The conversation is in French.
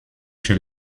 chez